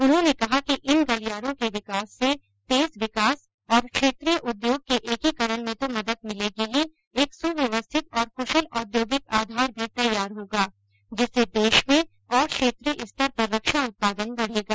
उन्होंने यह भी कहा कि इन गलियारों के विकास से तेज विकास और क्षेत्रीय उद्योग के एकीकरण में तो मदद मिलेगी ही एक सुव्यवस्थित और कुशल औद्योगिक आधार भी तैयार होगा जिससे देश में और क्षेत्रीय स्तर पर रक्षा उत्पादन बढ़ेगा